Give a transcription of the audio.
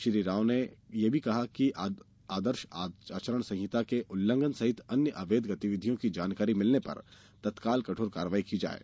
श्री राव ने कहा कि आदर्श आचरण संहिता के उल्लंघन सहित अन्य अवैध गतिविधियों की जानकारी मिलने पर तत्काल कठोर कार्यवाही की जाये